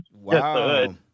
Wow